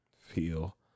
feel